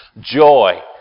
Joy